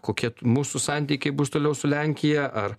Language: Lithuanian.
kokie mūsų santykiai bus toliau su lenkija ar